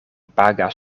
pagas